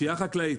פשיעה חקלאית